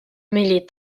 mêlé